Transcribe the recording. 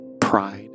pride